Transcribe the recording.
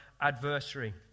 adversary